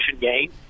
game